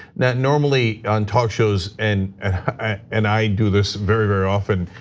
that normally on talk shows and and i do this very, very often.